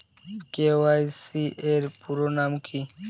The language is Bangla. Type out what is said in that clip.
কে.ওয়াই.সি এর পুরোনাম কী?